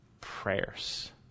prayers